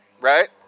right